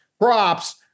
props